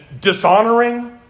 dishonoring